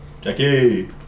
Jackie